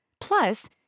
Plus